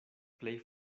plej